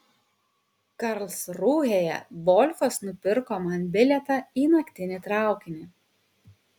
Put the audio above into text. karlsrūhėje volfas nupirko man bilietą į naktinį traukinį